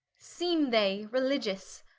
seeme they religious?